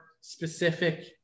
specific